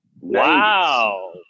Wow